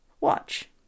Watch